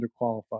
underqualified